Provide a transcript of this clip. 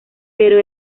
pero